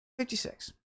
56